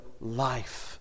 life